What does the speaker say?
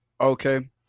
Okay